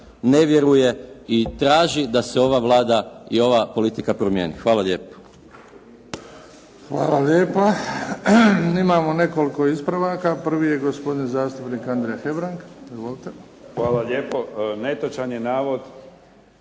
ne vjeruje i traži da se ova Vlada i ova politika promijeni. Hvala lijepo. **Bebić, Luka (HDZ)** Hvala lijepa. Imamo nekoliko ispravaka. Prvi je gospodin zastupnik Andrija Hebrang. Izvolite. **Hebrang,